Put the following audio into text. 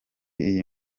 iyi